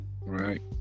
right